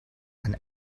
and